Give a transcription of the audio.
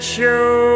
Show